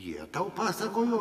jie tau pasakojo